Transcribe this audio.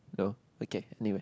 no okay anyway